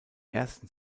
ersten